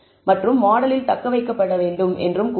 மற்றும் மாடலில் தக்கவைக்கப்பட வேண்டும் என்று கூறுவோம்